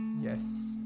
yes